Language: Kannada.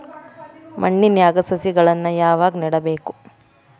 ಮಣ್ಣಿನ್ಯಾಗ್ ಸಸಿಗಳನ್ನ ಯಾವಾಗ ನೆಡಬೇಕು?